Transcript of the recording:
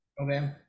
Okay